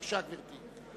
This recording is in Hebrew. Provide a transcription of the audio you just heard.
בבקשה, גברתי.